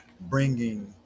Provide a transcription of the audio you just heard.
bringing